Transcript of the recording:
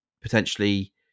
potentially